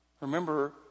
remember